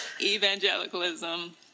Evangelicalism